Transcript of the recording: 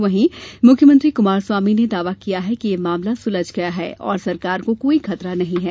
वहीं मुख्यमंत्री कमारस्वामी ने दावा किया है कि यह मामला सुलझ गया है और सरकार को कोई खतरा नहीं है